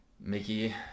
Mickey